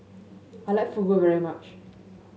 I like Fugu very much